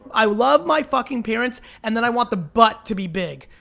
i love my fucking parents, and then i want the but to be big.